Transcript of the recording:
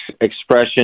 expression